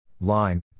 line